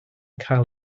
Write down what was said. cael